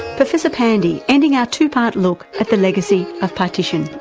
professor pandey, ending our two-part look at the legacy of partition.